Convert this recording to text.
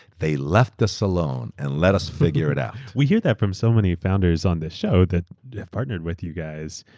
they left us alone and let us figure it out. we hear that from so many founders on this show that have partnered with you guys,